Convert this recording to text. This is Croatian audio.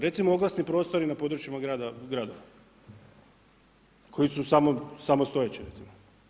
Recimo, oglasni prostori na područjima gradova koji su samostojeći, recimo.